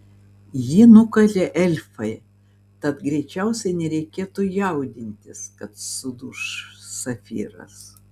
jį nukalė elfai tad greičiausiai nereikėtų jaudintis kad suduš safyras